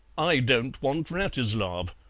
i don't want wratislav.